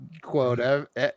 quote